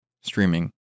streaming